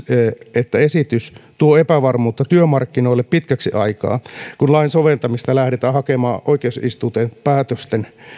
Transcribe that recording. että esitys tuo epävarmuutta työmarkkinoille pitkäksi aikaa kun lain soveltamista lähdetään hakemaan oikeusistuinten päätösten